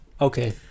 Okay